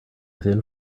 within